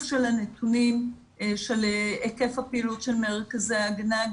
של הנתונים של היקף הפעילות של מרכזי ההגנה.